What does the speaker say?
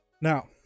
Now